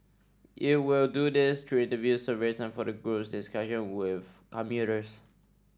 it will do this through interviews surveys and focus group discussions with commuters